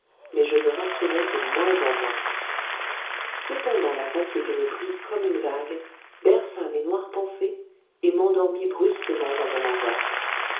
mais je me rassurai de moins en moins cependant la fatigue me prit comme une vague berça mes noires pensées et m'endormit brusquement dans mon angoisse